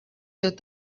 that